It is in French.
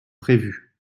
prévues